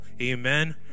Amen